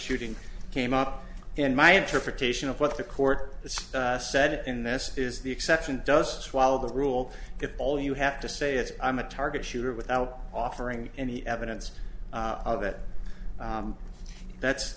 shooting came up in my interpretation of what the court said in this is the exception does follow the rule if all you have to say is i'm a target shooter without offering any evidence of it that's